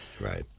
Right